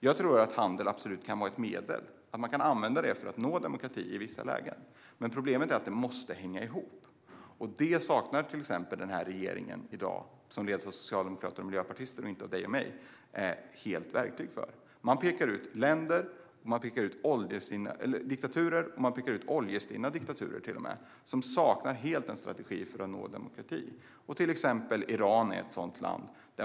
Handel kan absolut vara ett medel som kan användas för att nå demokrati i vissa lägen, men problemet är att det måste hänga ihop. Detta saknar till exempel den regering som i dag leds av socialdemokrater och miljöpartister - inte av dig och mig, Hans Rothenberg - helt verktyg för. Man pekar ut diktaturer, till och med oljestinna diktaturer, som helt saknar en strategi för att nå demokrati. Iran är ett exempel på ett sådant land.